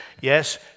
yes